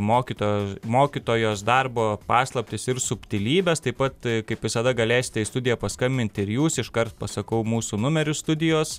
mokyto mokytojos darbo paslaptis ir subtilybes taip pat kaip visada galėsite į studiją paskambinti ir jūs iškart pasakau mūsų numerių studijos